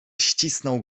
ścisnął